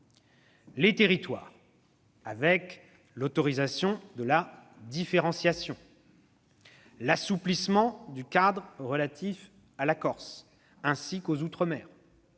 les territoires, avec l'autorisation de la différentiation, l'assouplissement du cadre relatif à la Corse ainsi qu'aux outre-mer